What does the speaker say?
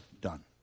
done